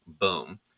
Boom